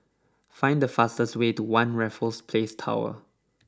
find the fastest way to One Raffles Place Tower